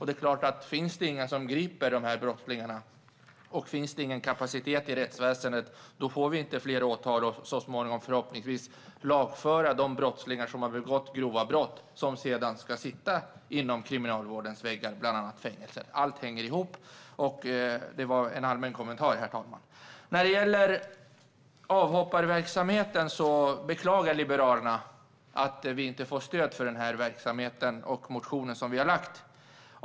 Det är klart att om det inte finns några som griper dessa brottslingar och om det inte finns någon kapacitet i rättsväsendet, då blir det inte fler åtal så att man förhoppningsvis kan lagföra de brottslingar som har begått grova brott och som sedan ska sitta inom kriminalvårdens väggar, bland annat i fängelser. Allt hänger ihop. Detta var en allmän kommentar. När det gäller avhopparverksamheten beklagar Liberalerna att vi inte får stöd för vår motion om denna verksamhet.